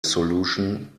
solution